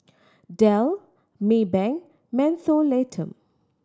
Dell Maybank Mentholatum